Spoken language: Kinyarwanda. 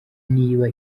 niba